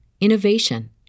innovation